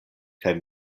kaj